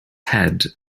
head